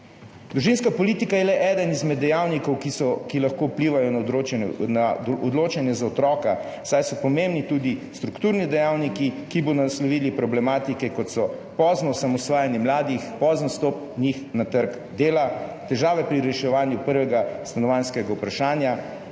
Družinska politika je le eden izmed dejavnikov, ki lahko vplivajo na odločanje za otroka, saj so pomembni tudi strukturni dejavniki, ki bodo naslovili problematike, kot so pozno osamosvajanje mladih, njihov pozen vstop na trg dela, težave pri reševanju prvega stanovanjskega vprašanja